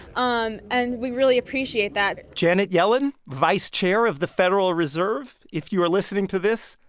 um and we really appreciate that janet yellen, vice chair of the federal reserve, if you are listening to this,